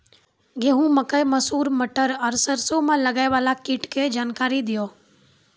गेहूँ, मकई, मसूर, मटर आर सरसों मे लागै वाला कीटक जानकरी दियो?